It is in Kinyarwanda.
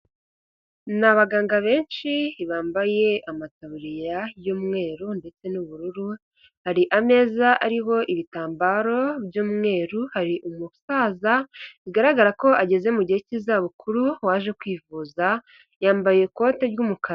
Ni abaganga benshi bambaye amataburiya y'umweru ndetse n'ubururu hari ameza ariho ibitambaro by'umweru hari umusaza bigaragara ko ageze mu gihe cy'izabukuru waje kwivuza yambaye ikote ry'umukara.